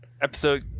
episode